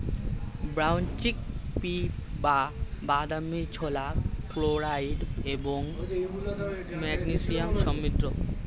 brown chickpea বা বাদামী ছোলা ফ্লোরাইড এবং ম্যাগনেসিয়ামে সমৃদ্ধ